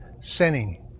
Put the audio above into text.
sinning